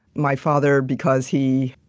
my father because he,